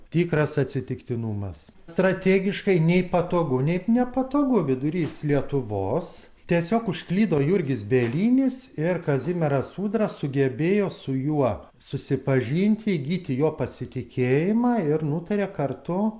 tikras atsitiktinumas strategiškai nei patogu nei nepatogu vidurys lietuvos tiesiog užklydo jurgis bielinis ir kazimieras ūdra sugebėjo su juo susipažinti įgyti jo pasitikėjimą ir nutarė kartu